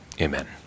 Amen